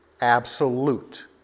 Absolute